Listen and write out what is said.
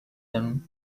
them